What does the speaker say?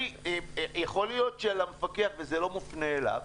יכול להיות שלמפקח, וזה לא מופנה אליו,